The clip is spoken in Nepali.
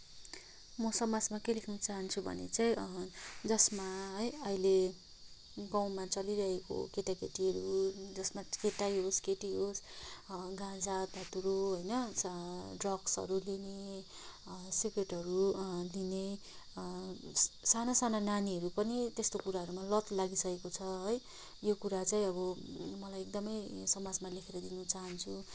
म समाजमा के लेख्न चाहन्छु भने चाहिँ जसमा है अहिले गाउँमा चलिरहेको केटाकेटीहरू जसमा केटै होस् केटी होस् गाँजा धतुरो होइन ड्रक्सहरू लिने सिग्रेटहरू दिने साना साना नानीहरू पनि त्यस्तो कुराहरूमा लत लागिसकेको छ है यो कुरा चाहिँ अब मलाई एकदमै समाजमा लेखेर दिन चाहन्छु